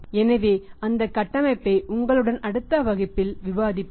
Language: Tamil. எனவே அந்த கட்டமைப்பை உங்களுடன் அடுத்த வகுப்பில் விவாதிப்பேன்